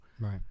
Right